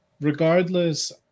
regardless